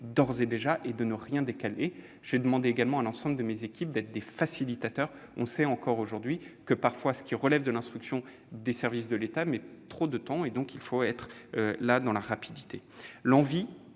d'ores et déjà décidés et de ne rien décaler. J'ai demandé également à l'ensemble de mes équipes d'être des facilitateurs. On sait, encore aujourd'hui, que ce qui relève de l'instruction des services de l'État met parfois trop de temps. Il faut donc être plus rapide. L'envie,